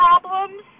problems